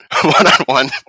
one-on-one